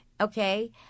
Okay